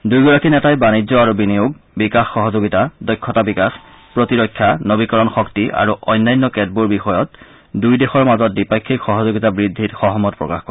দুয়োগৰাকী নেতাই বাণিজ্য আৰু বিনিয়োগ বিকাশ সহযোগিতা দক্ষতা বিকাশ প্ৰতিৰক্ষা নবীকৰণ শক্তি আৰু অন্যান্য কেতবোৰ বিষয়ত দুই দেশৰ মাজত দ্বিপাক্ষিক সহযোগিতা বৃদ্ধিত সহমত প্ৰকাশ কৰে